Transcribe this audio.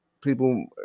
people